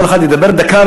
כל אחד ידבר דקה.